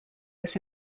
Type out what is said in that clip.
this